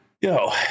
Yo